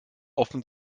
offen